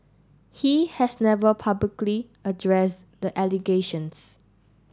he has never publicly addressed the allegations